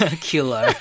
killer